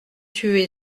tué